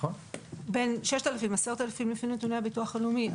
בין 6,000 10,000 לפי נתוני הביטוח הלאומי.